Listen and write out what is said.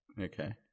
Okay